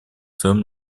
своем